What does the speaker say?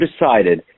decided